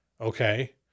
okay